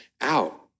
out